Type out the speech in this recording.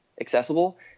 accessible